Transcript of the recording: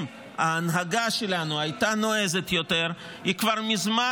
אם ההנהגה שלנו הייתה נועזת יותר היא כבר מזמן